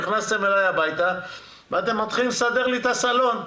נכנסתם אלי הביתה ואתם מתחילים לסדר לי את הסלון.